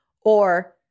or-